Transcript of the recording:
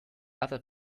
other